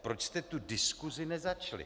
Proč jste tu diskusi nezačali?